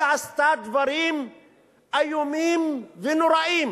היא עשתה דברים איומים ונוראים.